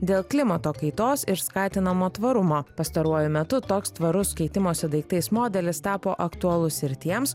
dėl klimato kaitos ir skatinamo tvarumo pastaruoju metu toks tvarus keitimosi daiktais modelis tapo aktualus ir tiems